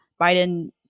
Biden